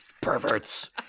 Perverts